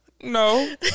No